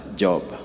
job